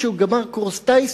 כשהוא גמר קורס טיס,